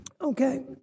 Okay